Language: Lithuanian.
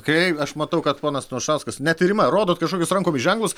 kai aš matau kad ponas anušauskas net ir rima rodot kažkokius rankomis ženklus